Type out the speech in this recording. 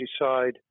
decide